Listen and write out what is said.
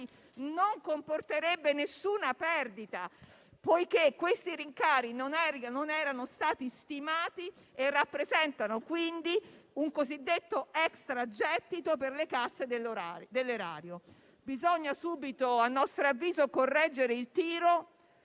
non comporterebbe alcuna perdita, poiché questi rincari non erano stati stimati e rappresentano un cosiddetto extra-gettito per le casse dell'erario. Bisogna subito - a nostro avviso - correggere il tiro,